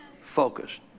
focused